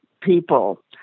people